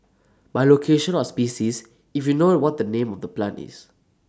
by location or species if you know what the name of the plant is